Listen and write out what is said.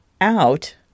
out